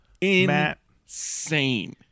Insane